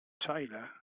tailor